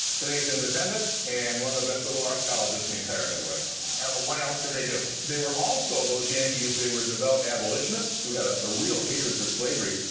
today it's independent, and one of the best liberal arts colleges in the entire midwest. what else did they do? they were also, those yankees, they were devout abolitionists. they so had ah a real hatred for slavery.